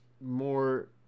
more